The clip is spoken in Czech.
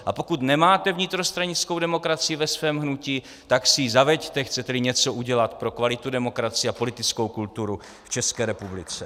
A pokud nemáte vnitrostranickou demokracii ve svém hnutí, tak si ji zaveďte, chceteli něco udělat pro kvalitu demokracie a politickou kulturu v České republice.